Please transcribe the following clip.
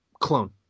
clone